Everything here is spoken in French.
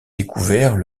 découvert